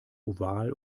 oval